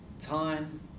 Time